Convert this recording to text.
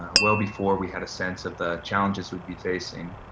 well before we had a sense of the challenges we'd be facing,